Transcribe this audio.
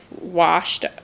washed